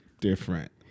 different